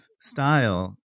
style